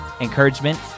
encouragement